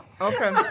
Okay